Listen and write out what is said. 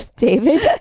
David